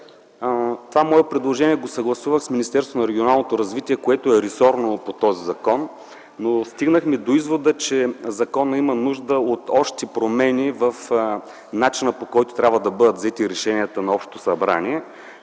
това мое предложение с Министерството на регионалното развитие и благоустройството, което е ресорно по този закон, но стигнахме до извода, че законът има нужда от още промени в начина, по който трябва да бъдат взети решенията на общото събрание,